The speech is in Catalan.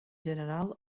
general